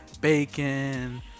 bacon